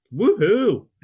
Woohoo